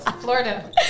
Florida